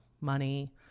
money